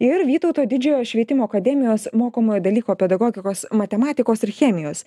ir vytauto didžiojo švietimo akademijos mokomojo dalyko pedagogikos matematikos ir chemijos